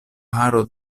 aro